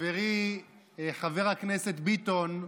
חברי חבר הכנסת ביטון,